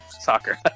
soccer